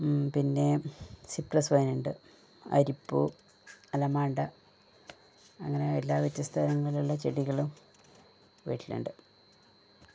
പിന്നെ സിപ്രസ് വൈനുണ്ട് അരിപ്പൂ അലമാണ്ട അങ്ങനെ എല്ലാ വ്യത്യസ്തരങ്ങളിലുള്ള ചെടികള് വീട്ടിലുണ്ട്